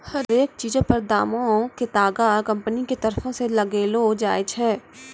हरेक चीजो पर दामो के तागा कंपनी के तरफो से लगैलो जाय छै